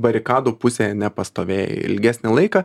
barikadų pusėje nepastovėjai ilgesnį laiką